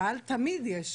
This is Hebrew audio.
אבל תמיד יש.